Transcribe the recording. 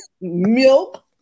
milk